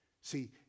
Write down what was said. see